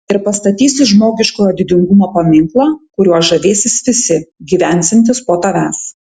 ir pastatysi žmogiškojo didingumo paminklą kuriuo žavėsis visi gyvensiantys po tavęs